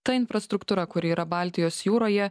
ta infrastruktūra kuri yra baltijos jūroje